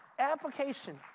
application